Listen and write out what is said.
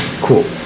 Cool